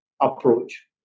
approach